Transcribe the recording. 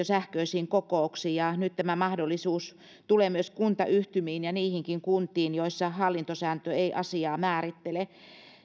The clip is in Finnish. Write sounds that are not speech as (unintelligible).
(unintelligible) sähköisiin kokouksiin nyt tämä mahdollisuus tulee myös kuntayhtymiin ja niihinkin kuntiin joissa hallintosääntö ei asiaa määrittele